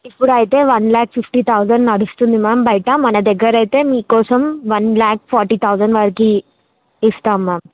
ఇప్పుడు అయితే one lakh fifty thousand నడుస్తుంది మ్యామ్ బయట మన దగ్గర అయితే మీకోసం వన్ ల్యాక్ ఫార్టీ థౌజండ్ వరకి ఇస్తాము మ్యామ్